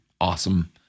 awesome